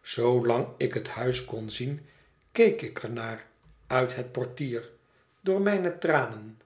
zoolang ik het huis kon zien keek ik er naar uit het portier door mijne tranen